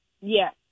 Yes